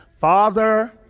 Father